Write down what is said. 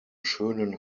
schönen